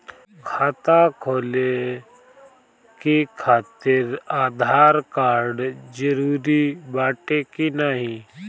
खाता खोले काहतिर आधार कार्ड जरूरी बाटे कि नाहीं?